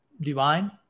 divine